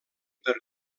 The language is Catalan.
per